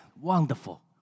wonderful